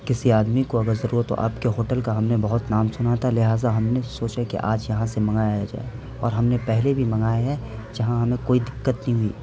کسی آدمی کو اگر ضرورت ہو تو آپ کے ہوٹل کا ہم نے بہت نام سنا تھا لہٰذا ہم نے سوچا کہ آج یہاں سے منگایا جائے اور ہم نے پہلے بھی منگائے ہیں جہاں ہمیں کوئی دقت نہیں ہوئی